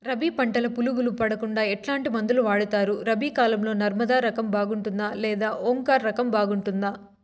రబి పంటల పులుగులు పడకుండా ఎట్లాంటి మందులు వాడుతారు? రబీ కాలం లో నర్మదా రకం బాగుంటుందా లేదా ఓంకార్ రకం బాగుంటుందా?